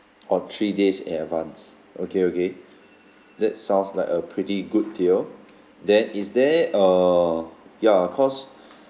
orh three days in advance okay okay that sounds like a pretty good deal then is there err ya cause